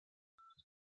acht